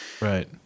right